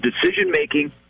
decision-making